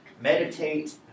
meditate